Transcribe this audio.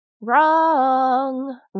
wrong